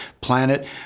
planet